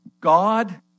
God